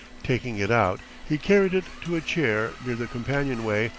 taking it out he carried it to a chair near the companionway,